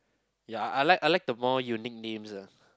ya I like I like the more unique names ah